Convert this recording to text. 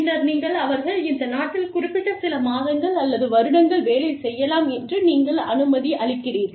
பின்னர் நீங்கள் அவர்கள் இந்த நாட்டில் குறிப்பிட்ட சில மாதங்கள் அல்லது வருடங்கள் வேலை செய்யலாம் என்று நீங்கள் அனுமதி அளிக்கிறீர்கள்